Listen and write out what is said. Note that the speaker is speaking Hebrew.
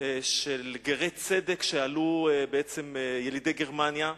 של גרי צדק ילידי גרמניה,